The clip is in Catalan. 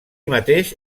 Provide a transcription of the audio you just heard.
mateix